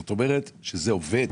זאת אומרת שזה עובד,